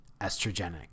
estrogenic